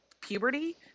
puberty